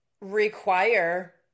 require